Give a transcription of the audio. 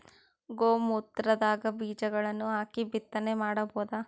ಗೋ ಮೂತ್ರದಾಗ ಬೀಜಗಳನ್ನು ಹಾಕಿ ಬಿತ್ತನೆ ಮಾಡಬೋದ?